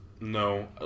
No